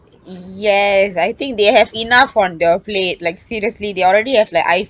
yes I think they have enough on their plate like seriously they already have like